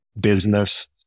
business